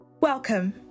Welcome